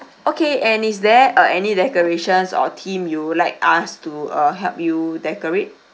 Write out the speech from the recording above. okay and is there uh any decorations or theme you would like us to uh help you decorate